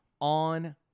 on